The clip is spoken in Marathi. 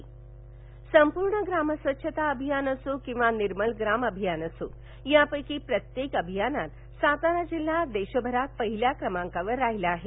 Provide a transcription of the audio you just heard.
सातारा संपूर्ण ग्रामस्वच्छता अभियान असो की निर्मलग्राम अभियान असो यापैकी प्रत्येक अभियानात सातारा जिल्हा देशभरात पहिल्या क्रमांकावर राहिला आहे